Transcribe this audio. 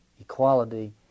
equality